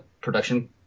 production